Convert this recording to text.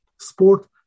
sport